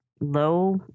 low